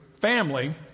family